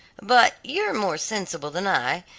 but you are more sensible than i,